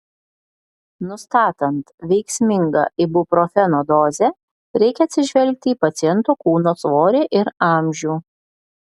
nustatant veiksmingą ibuprofeno dozę reikia atsižvelgti į paciento kūno svorį ir amžių